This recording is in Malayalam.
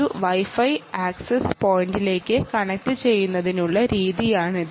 ഒരു വൈഫൈ ആക്സസ് പോയിന്റിലേക്ക് കണക്റ്റുചെയ്യുന്നതിനുള്ള രീതിയാണിത്